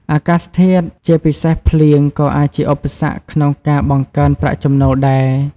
អាកាសធាតុ ជាពិសេសភ្លៀង ក៏អាចជាឧបសគ្គក្នុងការបង្កើនប្រាក់ចំណូលដែរ។